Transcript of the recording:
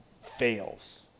fails